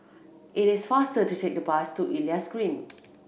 it is faster to take the bus to Elias Green